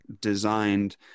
designed